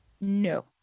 no